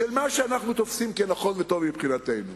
של מה שאנחנו תופסים כנכון וטוב מבחינתנו